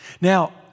Now